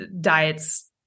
diets